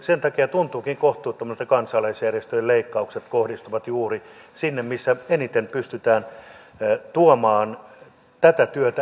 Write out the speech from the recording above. sen takia tuntuukin kohtuuttomalta että kansalaisjärjestöjen leikkaukset kohdistuvat juuri sinne missä eniten pystytään tuomaan tätä työtä eteenpäin